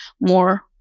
more